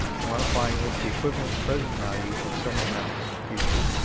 want to find what's the equivalent present value of some amount in the future.